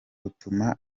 utuma